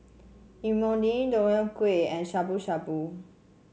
Imoni Deodeok Gui and Shabu Shabu